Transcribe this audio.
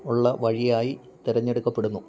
ഉള്ള വഴിയായി തെരഞ്ഞെടുക്കപെടുന്നു